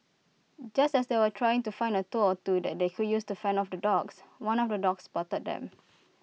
just as they were trying to find A tool or two that they could use to fend off the dogs one of the dogs spotted them